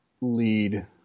lead